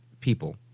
people